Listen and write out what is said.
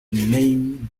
name